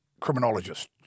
criminologist